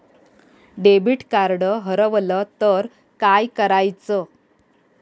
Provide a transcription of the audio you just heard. Debit card हरवल तर काय करायच?